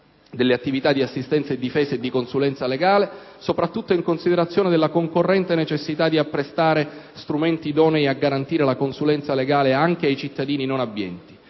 delle attività di assistenza, difesa e consulenza legale, soprattutto in considerazione della concorrente necessità di apprestare strumenti idonei a garantire la consulenza legale anche ai cittadini non abbienti.